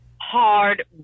hard